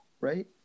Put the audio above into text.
right